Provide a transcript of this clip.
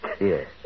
Yes